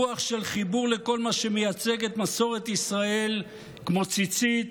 רוח של חיבור לכל מה שמייצגת מסורת ישראל כמו ציצית,